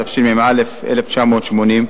התשמ"א 1980,